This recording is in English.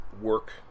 work